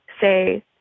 say